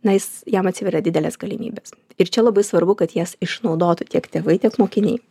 na jis jam atsiveria didelės galimybės ir čia labai svarbu kad jas išnaudotų tiek tėvai tiek mokiniai